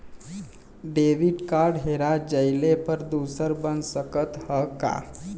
Debit card हेरा जइले पर दूसर बन सकत ह का?